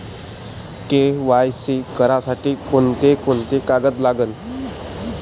KYC करासाठी कोंते कोंते कागद लागन?